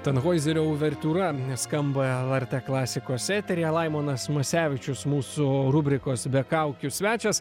tanhoizerio uvertiūra skamba lrt klasikos eteryje laimonas masevičius mūsų rubrikos be kaukių svečias